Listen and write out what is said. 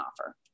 offer